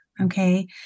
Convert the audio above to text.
Okay